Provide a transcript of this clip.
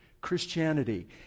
Christianity